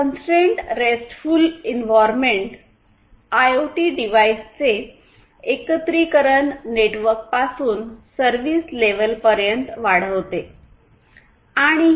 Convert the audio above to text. constraint restful environment IoT डिव्हाइसचे एकत्रिकरण नेटवर्कपासून सर्व्हिस लेव्हलपर्यंत वाढवते